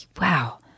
wow